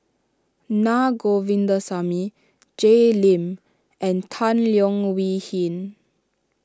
Naa Govindasamy Jay Lim and Tan Leo Wee Hin